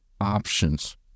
options